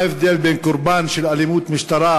מה ההבדל בין קורבן ערבי של אלימות משטרה